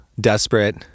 desperate